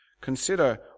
Consider